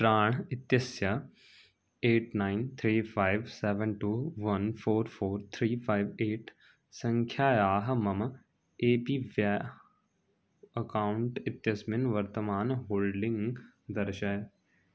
प्राण् इत्यस्य eight nine three five seven two one four four three five eight सङ्ख्यायाः मम A P Y account इत्यस्मिन् वर्तमानं holding दर्शय